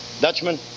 Dutchman